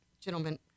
gentlemen